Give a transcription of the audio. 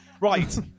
Right